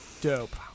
Dope